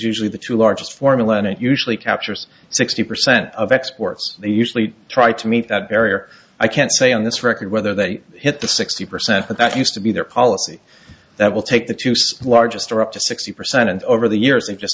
usually the two largest formalin it usually captures sixty percent of exports they usually try to meet that barrier i can't say on this record whether they hit the sixty percent but that used to be their policy that will take that use largest or up to sixty percent and over the years they just